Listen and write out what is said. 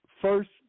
first